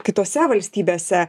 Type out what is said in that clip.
kitose valstybėse